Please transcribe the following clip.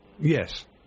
Yes